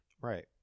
Right